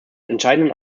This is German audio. entscheidenden